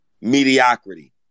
mediocrity